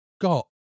got